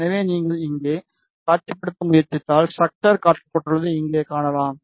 எனவே நீங்கள் இங்கே காட்சிப்படுத்த முயற்சித்தால் ஸ்ட்ரக்ச்சர் காட்டப்பட்டுள்ளதை இங்கே காணலாம்